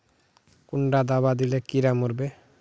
कुंडा दाबा दिले कीड़ा मोर बे?